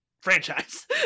franchise